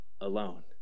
alone